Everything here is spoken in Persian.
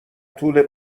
طول